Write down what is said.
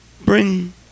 Bring